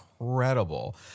incredible